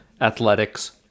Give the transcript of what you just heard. athletics